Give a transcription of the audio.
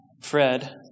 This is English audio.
Fred